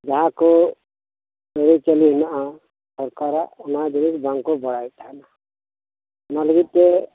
ᱡᱟᱦᱟᱸᱠᱚ ᱟᱹᱨᱤᱪᱟᱹᱞᱤ ᱦᱮᱱᱟᱜᱼᱟ ᱥᱚᱨᱠᱟᱨᱟᱜ ᱚᱱᱟ ᱡᱤᱱᱤᱥ ᱵᱟᱝᱠᱚ ᱵᱟᱲᱟᱭ ᱛᱟᱦᱮᱸᱱᱟ ᱚᱱᱟ ᱞᱟᱹᱜᱤᱫ ᱛᱮ